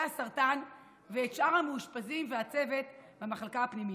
הסרטן ואת שאר המאושפזים והצוות במחלקה הפנימית.